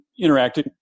interacting